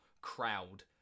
crowd